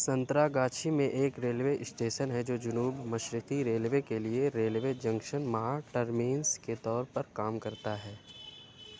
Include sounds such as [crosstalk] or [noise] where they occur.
سنترا گاچھی میں ایک ریلوے اسٹیشن ہے جو جنوب مشرقی ریلوے کے لیے ریلوے جنکشن [unintelligible] کے طور پر کام کرتا ہے